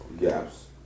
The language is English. gaps